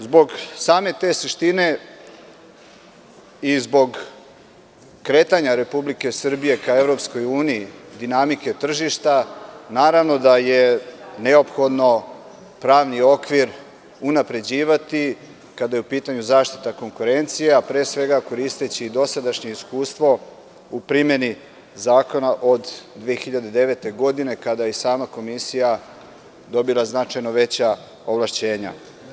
Zbog te same suštine i zbog kretanja Republike Srbije ka EU, dinamike tržišta, naravno da je neophodno unapređivati pravni okvir kad je u pitanju zaštita konkurencije, pre svega koristeći dosadašnje iskustvo u primeni zakona od 2009. godine, kada je sama Komisija dobila znatno veća ovlašćenja.